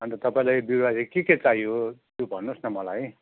अन्त तपाईँलाई बिरुवा चाहिँ के के चाहियो त्यो भन्नोहोस् न मलाई